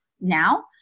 now